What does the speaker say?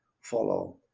follow